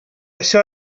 això